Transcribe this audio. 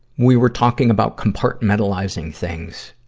we were talking about compartmentalizing things.